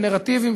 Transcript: בנרטיבים,